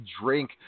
drink